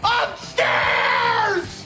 upstairs